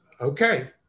okay